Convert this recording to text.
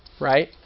right